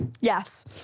yes